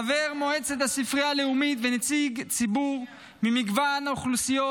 חבר מועצת הספרייה הלאומית ונציג ציבור ממגוון האוכלוסיות,